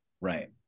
right